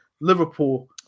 Liverpool